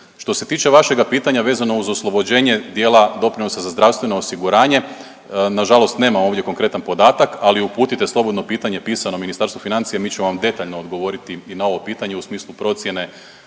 Što se tiče vašega pitanja vezano uz oslobođenje dijela doprinosa za zdravstveno osiguranje, nažalost nema ovdje konkretan podatak ali uputite slobodno pitanje pisano Ministarstvu financija i mi ćemo vam detaljno odgovoriti i na ovo pitanje u smislu procjene